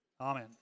Amen